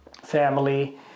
family